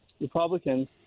Republicans